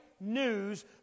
news